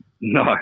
No